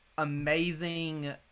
amazing